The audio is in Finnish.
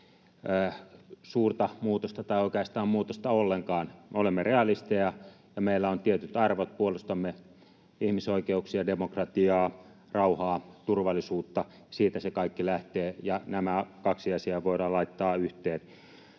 suurta muutosta tai oikeastaan muutosta ollenkaan. Me olemme realisteja, ja meillä on tietyt arvot. Puolustamme ihmisoikeuksia, demokratiaa, rauhaa ja turvallisuutta. Siitä se kaikki lähtee, ja nämä kaksi asiaa voidaan laittaa yhteen.